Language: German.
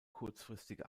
kurzfristige